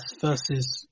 versus